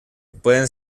pueden